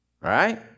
right